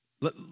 let